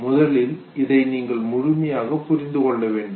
முதலில் இதை நீங்கள் முழுமையாக புரிந்துகொள்ள வேண்டும்